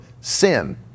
sin